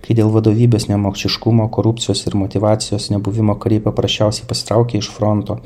kai dėl vadovybės nemokšiškumo korupcijos ir motyvacijos nebuvimo kariai paprasčiausiai pasitraukė iš fronto